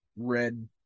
red